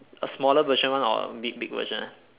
a smaller version one or big big version one